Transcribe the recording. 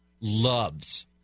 loves